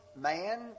man